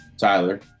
Tyler